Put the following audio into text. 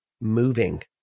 moving